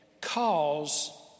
cause